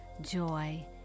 joy